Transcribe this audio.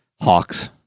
hawks